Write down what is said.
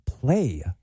play